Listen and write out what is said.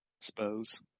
suppose